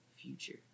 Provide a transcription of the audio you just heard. future